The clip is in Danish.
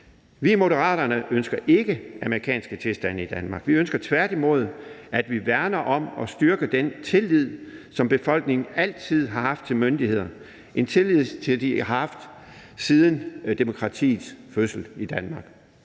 Vi i Moderaterne ønsker ikke amerikanske tilstande i Danmark. Vi ønsker tværtimod, at man værner om og styrker den tillid, som befolkningen altid har haft til myndigheder, og som de har haft siden demokratiets fødsel i Danmark.